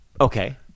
Okay